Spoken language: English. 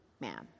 man